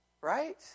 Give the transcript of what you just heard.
right